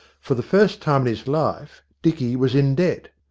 for the first time in his life dicky was in debt.